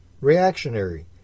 reactionary